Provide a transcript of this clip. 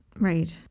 Right